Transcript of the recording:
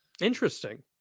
Interesting